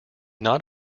not